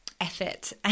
effort